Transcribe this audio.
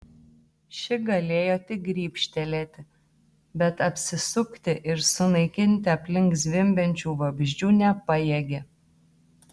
ši galėjo tik grybštelėti bet apsisukti ir sunaikinti aplink zvimbiančių vabzdžių nepajėgė